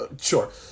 sure